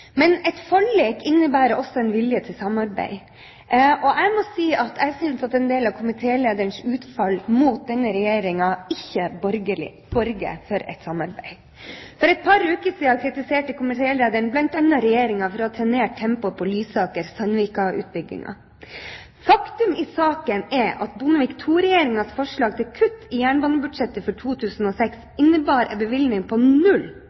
men et forlik innebærer også en vilje til samarbeid. Jeg må si at jeg synes at en del av komitélederens utfall mot denne regjeringen ikke borger for et samarbeid. For et par uker siden kritiserte komitélederen bl.a. Regjeringen for å ha trenert tempoet på Lysaker–Sandvika-utbyggingen. Faktum i saken er at Bondevik II-regjeringens forslag til kutt i jernbanebudsjettet for 2006 innebar en bevilgning på null